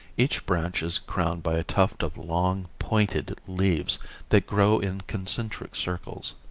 each branch is crowned by a tuft of long, pointed leaves that grow in concentric circles.